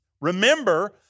Remember